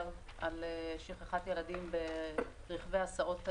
על שכחת ילדים ברכבי הסעות תלמידים,